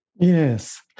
Yes